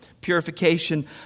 Purification